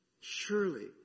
Surely